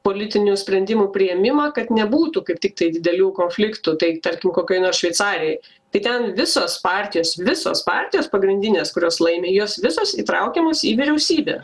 politinių sprendimų priėmimą kad nebūtų kaip tiktai didelių konfliktų tai tarkim kokioj nors šveicarijoj tai ten visos partijos visos partijos pagrindinės kurios laimi jos visos įtraukiamos į vyriausybę